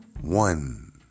One